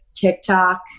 TikTok